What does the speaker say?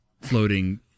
floating